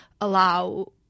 allow